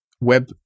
web